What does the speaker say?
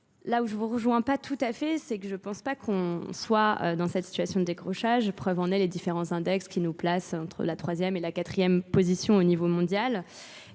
Là où je vous rejoins pas tout à fait, c'est que je pense pas qu'on soit dans cette situation de décrochage, preuve en est les différents index qui nous placent entre la troisième et la quatrième position au niveau mondial.